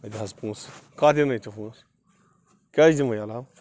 مےٚ دِ حظ پونٛسہٕ کَتھ دِنٕے ژےٚ پونٛسہٕ کیٛازِ دِموے عَلاو